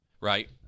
right